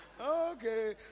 Okay